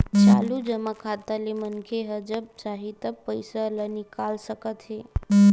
चालू जमा खाता ले मनखे ह जब चाही तब पइसा ल निकाल सकत हे